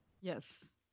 Yes